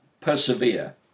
persevere